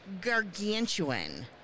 gargantuan